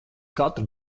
katru